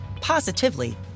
positively